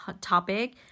topic